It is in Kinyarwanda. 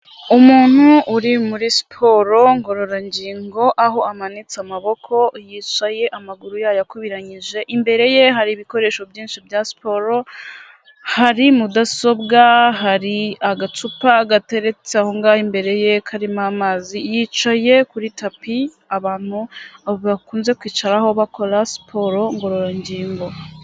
Umuntu uri muri siporo ngororangingo aho amanitse amaboko, yicaye amaguru yayakubiranyije, imbere ye hari ibikoresho byinshi bya siporo, hari mudasobwa, hari agacupa gateretse aho ngaho imbere ye karimo amazi, yicaye kuri tapi abantu bakunze kwicaraho bakora siporo ngororangingo.